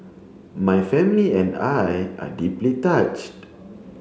my family and I are deeply touched